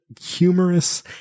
humorous